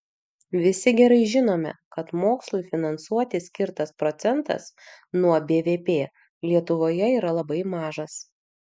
visi gerai žinome kad mokslui finansuoti skirtas procentas nuo bvp lietuvoje yra labai mažas